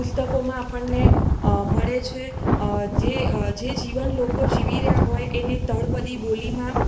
પુસ્તકોમાં પણ આપણને મળે છે જે જે જીવન લોકો જીવી રહ્યાં હોય એને તળપદી બોલીમાં